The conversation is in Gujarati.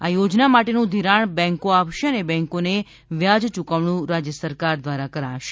આ યોજના માટેનુ ધિરાણ બેંકો આપશે અને બેંકોને વ્યાજ ચૂકવણું રાજય સરકાર દ્વારા કરાશે